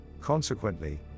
Consequently